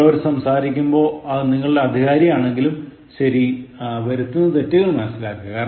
മറ്റുള്ളവർ സംസാരിക്കുമ്പോൾ അത് നിങ്ങളുടെ അധികാരി ആണെങ്കിലും ശരി വരുത്തുന്ന തെറ്റുകൾ മനസിലാക്കുക